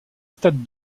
stade